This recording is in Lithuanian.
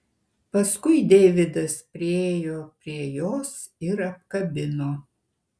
paskui deividas priėjo prie jos ir apkabino